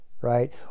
right